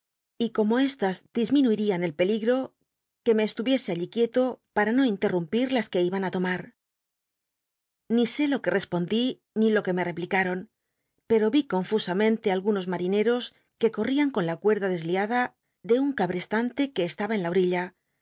y como c tas disminuiri m el pelig'o que me estlllic e alli quieto para no inlertumpij las juc iban á tomar ni sé lo que acspondi ni lo que me eplicaon pero l'i confusamen te algunos marineos que corrían con la cuerda desliada de un caba cstantc c ue estaba en la ol'illa